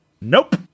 nope